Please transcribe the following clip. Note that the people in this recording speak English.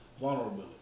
vulnerability